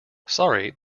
sorry